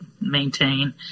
maintain